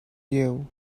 you